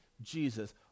Jesus